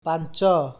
ପାଞ୍ଚ